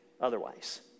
otherwise